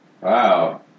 Wow